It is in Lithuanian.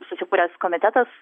susikūręs komitetas